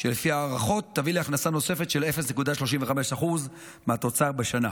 שלפי ההערכות תביא להכנסה נוספת של 0.35% מהתוצר בשנה.